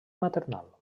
maternal